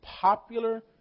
popular